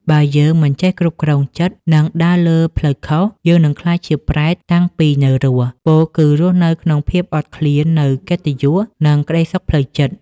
បើយើងមិនចេះគ្រប់គ្រងចិត្ត និងដើរលើផ្លូវខុស យើងនឹងក្លាយជា ប្រេត តាំងពីនៅរស់ ពោលគឺរស់នៅក្នុងភាពអត់ឃ្លាននូវកិត្តិយស និងក្ដីសុខផ្លូវចិត្ត។